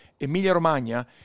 Emilia-Romagna